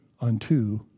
unto